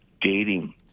dating